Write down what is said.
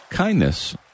kindness